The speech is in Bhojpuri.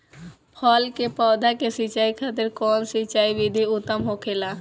फल के पौधो के सिंचाई खातिर कउन सिंचाई विधि उत्तम होखेला?